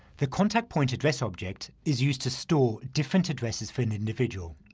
the contact point address object is used to store different addresses for an individual.